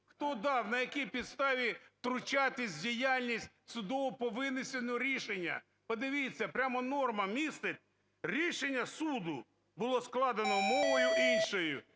Хто дав, на якій підставі втручатись в діяльність суду по винесенню рішення? Подивіться, прямо норма містить: "…рішення суду було складено мовою іншою".